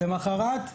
למוחרת,